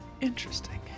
interesting